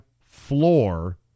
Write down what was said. floor